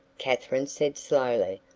katherine said slowly.